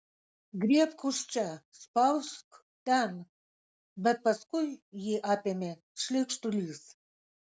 griebk už čia spausk ten bet paskui jį apėmė šleikštulys